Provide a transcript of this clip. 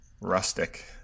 rustic